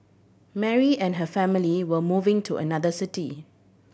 Mary and her family were moving to another city